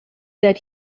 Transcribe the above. that